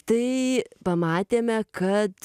tai pamatėme kad